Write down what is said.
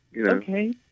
Okay